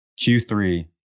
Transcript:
Q3